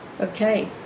Okay